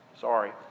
Sorry